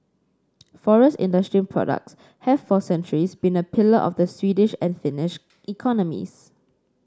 forest industry products have for centuries been a pillar of the Swedish and Finnish economies